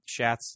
shats